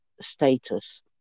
status